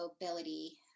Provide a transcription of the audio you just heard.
mobility